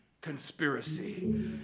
conspiracy